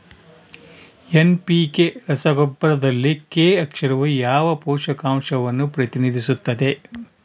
NPK ರಸಗೊಬ್ಬರದಲ್ಲಿ K ಅಕ್ಷರವು ಯಾವ ಪೋಷಕಾಂಶವನ್ನು ಪ್ರತಿನಿಧಿಸುತ್ತದೆ?